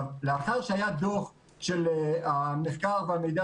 לאחר שהיה דו"ח של מרכז המחקר והמידע